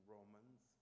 Romans